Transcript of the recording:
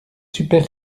super